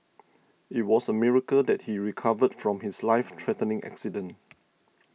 it was a miracle that he recovered from his life threatening accident